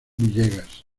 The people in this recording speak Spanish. villegas